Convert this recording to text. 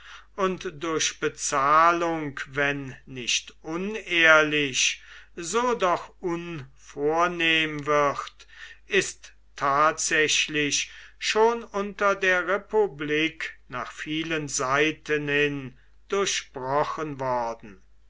und durch bezahlung wenn nicht unehrlich so doch unvornehm wird ist tatsächlich schon unter der republik nach vielen seiten hin durchbrochen worden